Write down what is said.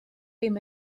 dim